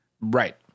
Right